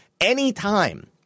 Anytime